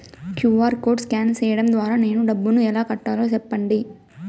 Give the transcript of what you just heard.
QR code scan సేయడం ద్వారా నేను డబ్బును ఎలా కట్టాలో సెప్పండి?